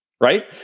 right